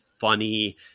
funny